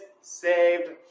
saved